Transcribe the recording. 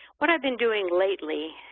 what i've been doing lately,